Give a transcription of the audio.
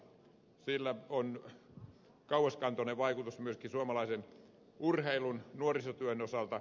sillä on kauaskantoinen vaikutus myöskin suomalaisen urheilun nuorisotyön osalta